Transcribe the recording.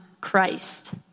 Christ